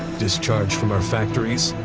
discharge from our factories,